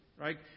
right